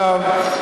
אגב,